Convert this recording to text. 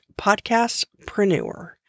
podcastpreneur